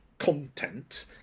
content